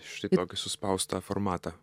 štai tokį suspaustą formatą